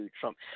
Trump